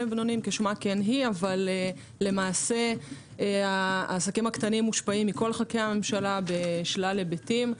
ובינוניים אבל למעשה העסקים הקטנים מושפעים מכל חלקי הממשלה בשלל היבטים.